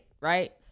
right